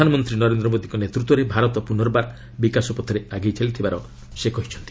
ପ୍ରଧାନମନ୍ତ୍ରୀ ନରେନ୍ଦ୍ର ମୋଦିଙ୍କ ନେତୃତ୍ୱରେ ଭାରତ ପ୍ରନର୍ବାର ବିକାଶ ପଥରେ ଆଗେଇ ଚାଲିଥିବାର ସେ କହିଛନ୍ତି